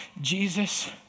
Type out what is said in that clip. Jesus